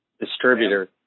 Distributor